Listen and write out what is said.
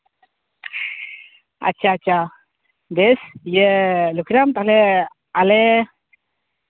ᱟᱪᱪᱷᱟ ᱟᱪᱪᱷᱟ ᱵᱮᱥ ᱤᱭᱟᱹ ᱞᱚᱠᱠᱷᱤᱨᱟᱢ ᱛᱟᱦᱞᱮ ᱟᱞᱮ